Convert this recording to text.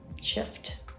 shift